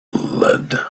lead